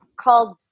called